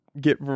get